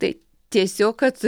tai tiesiog kad